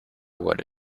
what